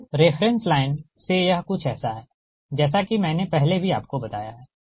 तोरेफ़रेंस line से यह कुछ ऐसा है जैसा कि मैंने पहले भी आपको बताया है